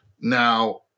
Now